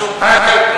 זה משהו כזה, "ע'ול".